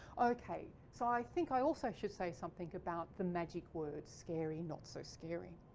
okay, so i think i also should say something about the magic words scary not so scary.